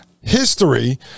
history